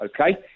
okay